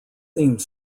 theme